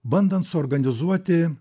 bandant suorganizuoti